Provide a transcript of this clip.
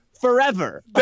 forever